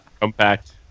Compact